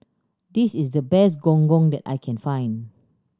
this is the best Gong Gong that I can find